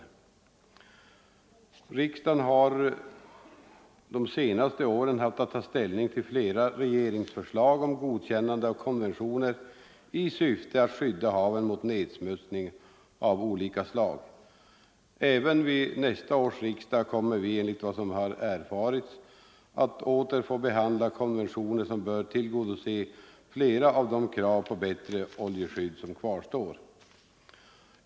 — Vattenvård Riksdagen har de senaste åren haft att ta ställning till flera regeringsförslag om godkännande av konventioner i syfte att skydda haven mot nedsmutsning av olika slag. Även vid nästa års riksdag kommer vi, enligt vad som erfarits, att åter få behandla konventioner som bör tillgodose flera av de krav på bättre oljeskydd som kvarstår.